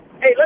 Hey